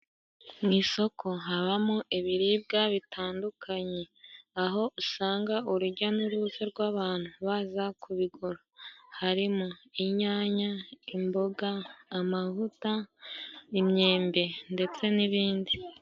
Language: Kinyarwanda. Mu isoko habamo ibiribwa bitandukanye aho usanga urujya n'uruza rw'abantu baza kubigura harimo: inyanya, imboga, amavuta ,imyembe ndetse n'ibindi.